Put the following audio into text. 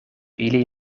ili